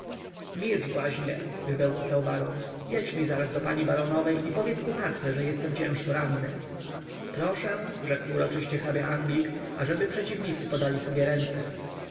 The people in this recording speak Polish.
doigra milcz błaźnie wybełkotał baron jedź mi zaraz do pani baronowej i powiedz kucharce że jestem ciężko ranny proszę rzekł uroczyście hrabia-anglik ażeby przeciwnicy podali sobie ręce